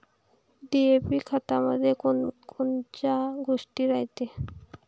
DAP खतामंदी कोनकोनच्या गोष्टी रायते?